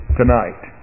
tonight